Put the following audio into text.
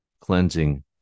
cleansing